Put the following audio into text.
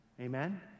Amen